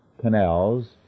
canals